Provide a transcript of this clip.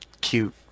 cute